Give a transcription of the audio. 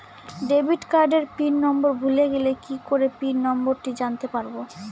Debit কার্ডের pin number ভুলে গেলে কি করে পিন নম্বরটি জানতে পারবো?